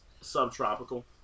subtropical